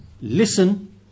Listen